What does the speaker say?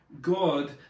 God